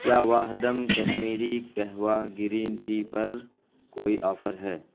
کیا واہدم کشمیری کہوہ green tea پر کوئی آفر ہے